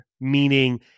meaning